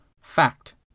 Fact